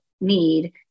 need